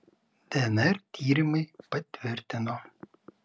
dnr tyrimai patvirtino